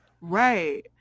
Right